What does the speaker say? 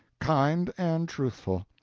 kind, and truthful.